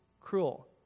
cruel